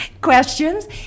questions